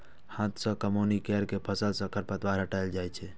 हाथ सं कमौनी कैर के फसल सं खरपतवार हटाएल जाए छै